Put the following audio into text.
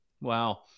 Wow